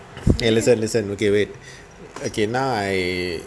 okay listen listen okay wait okay now I